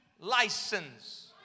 license